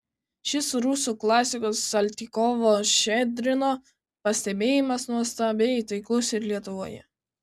šis rusų klasiko saltykovo ščedrino pastebėjimas nuostabiai taiklus ir lietuvoje